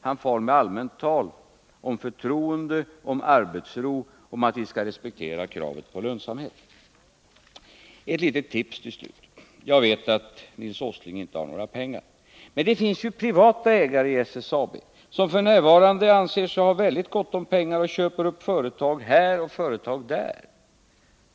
Han far med allmänt tal om förtroende, om arbetsro och om att vi skall respektera kravet 185 på lönsamhet. Ett litet tips till slut. Jag vet att Nils Åsling inte har några pengar. Men det finns ju privata ägare i SSAB, som f. n. anser sig ha väldigt gott om pengar och köper upp företag här och företag där.